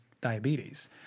diabetes